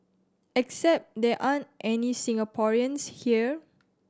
except there aren't any Singaporeans here